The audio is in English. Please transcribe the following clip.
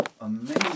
amazing